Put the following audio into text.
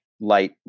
light